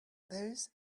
those